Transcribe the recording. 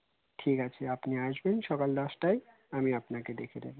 ঠিক আছে আপনি আসবেন সকাল দশটায় আমি আপনাকে দেখে দেবো